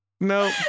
no